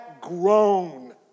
grown